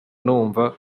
numva